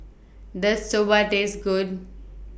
Does Soba Taste Good